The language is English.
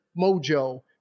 mojo